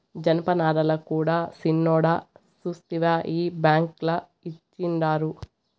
జనపనారల కూడా సిన్నోడా సూస్తివా ఈ బుక్ ల ఇచ్చిండారు